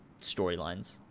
storylines